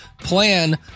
plan